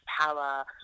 power